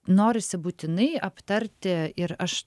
norisi būtinai aptarti ir aš